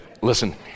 Listen